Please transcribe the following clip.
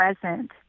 present